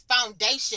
foundation